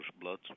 blood